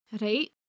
Right